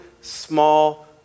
small